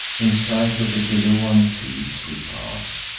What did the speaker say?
in sight of the geloan fields we pass,